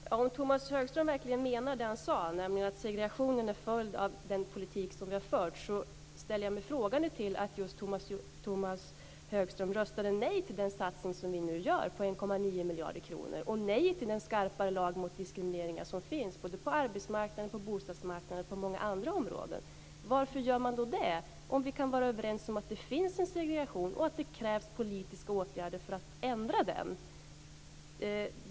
Herr talman! Om Tomas Högström verkligen menar det han sade, nämligen att segregationen är en följd av den politik som vi har fört så ställer jag mig frågande till att just Tomas Högström röstade nej till den satsning på 1,9 miljarder kronor som vi nu gör och nej till en skarpare lag mot diskriminering än som finns på arbetsmarknaden, på bostadsmarknaden och på många andra områden. Varför gör han det, om vi kan vara överens om att det finns en segregation och att det krävs politiska åtgärder för att ändra detta?